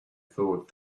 thought